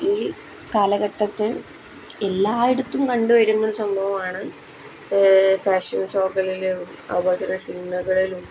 ഈ കാലഘട്ടത്തിൽ എല്ലായിടത്തും കണ്ടുവരുന്ന ഒരു സംഭവമാണ് ഫാഷൻ ഷോകളിലും അതുപോലെത്തന്നെ സിനിമകളിലും